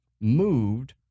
moved